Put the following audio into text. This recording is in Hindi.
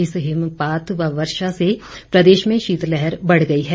इस हिमपात व वर्षा से प्रदेश में शीतलहर बढ़ गई है